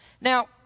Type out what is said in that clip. Now